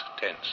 tense